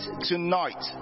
tonight